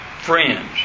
friends